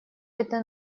это